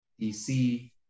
DC